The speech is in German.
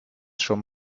schon